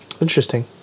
interesting